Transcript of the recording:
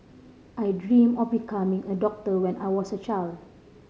I dream of becoming a doctor when I was a child